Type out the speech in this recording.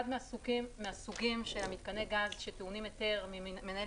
אחד מהסוגים של מתקני הגז שטעונים היתר ממנהל